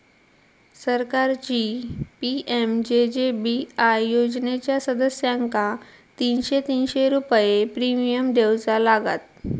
सरकारची पी.एम.जे.जे.बी.आय योजनेच्या सदस्यांका तीनशे तीनशे रुपये प्रिमियम देऊचा लागात